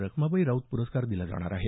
रखमाबाई राऊत प्रस्कार दिला जाणार आहे